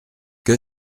que